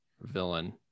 villain